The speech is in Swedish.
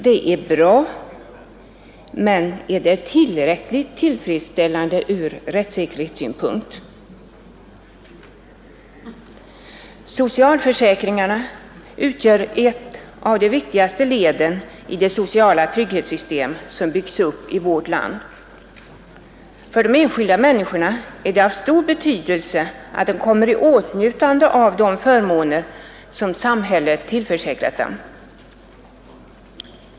Det är bra, men är det tillräckligt tillfredsställande ur rättssäkerhetssynpunkt? Socialförsäkringarna utgör ett av de viktigaste leden i det sociala trygghetssystem som byggts upp i vårt land. För de enskilda människorna är det av stor betydelse att komma i åtnjutande av de förmåner som samhället tillförsäkrat dem.